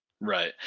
Right